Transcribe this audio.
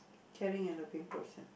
caring and loving person